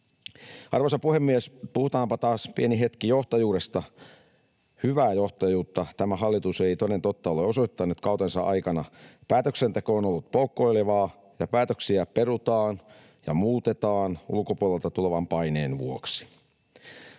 Arvoisa puhemies! Puhutaanpa taas pieni hetki johtajuudesta. Hyvää johtajuutta tämä hallitus ei toden totta ole osoittanut kautensa aikana. Päätöksenteko on ollut poukkoilevaa ja päätöksiä perutaan ja muutetaan ulkopuolelta tulevan paineen vuoksi.